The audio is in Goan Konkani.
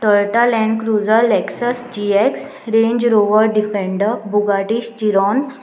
टॉर्टा land cruiser Lexus G X range rover defender बुगाटीश चिरोन